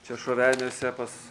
čia šoveniuose pas